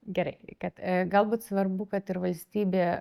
gerai kad galbūt svarbu kad ir valstybė